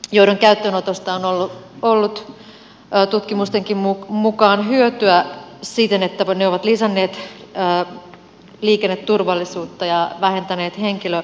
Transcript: joiden käyttöönotosta on ollut ollut cotutkimustenkin mukaan hyötyä siten että ne ovat lisänneet ja liikenneturvallisuutta ja vähentäneet henkilöt